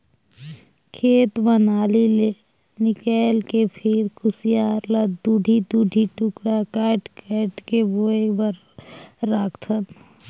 खेत म नाली ले निकायल के फिर खुसियार ल दूढ़ी दूढ़ी टुकड़ा कायट कायट के बोए बर राखथन